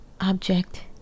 object